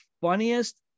funniest